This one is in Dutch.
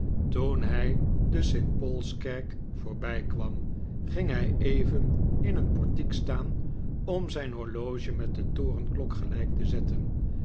toen hij de st paulskerk voorbijkwam ging hij even in een portiek staan om zijn horloge met de torenklok gelijk te zetten